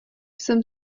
jsem